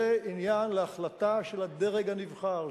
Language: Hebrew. זה עניין להחלטה של הדרג הנבחר.